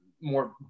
more